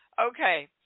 okay